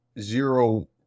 zero